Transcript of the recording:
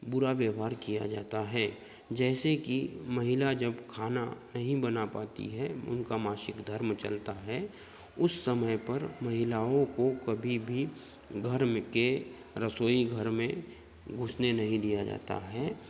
बुरा व्यवहार किया जाता है जैसे की महिला जब खाना नहीं बना पाती है उनका मासिक धर्म चलता है उस समय पर महिलाओं को कभी भी घर में के रसोई घर में घुसने नहीं दिया जाता है